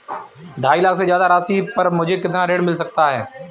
ढाई लाख से ज्यादा राशि पर मुझे कितना ऋण मिल सकता है?